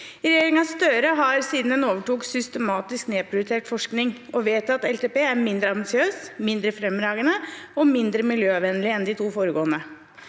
Regjeringen Støre har, siden den overtok, systematisk nedprioritert forskning, og vedtatte LTP er mindre ambisiøs, mindre fremragende og mindre miljøvennlig enn de to foregående.